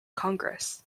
congress